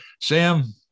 Sam